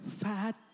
fat